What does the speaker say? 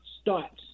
starts